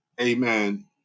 Amen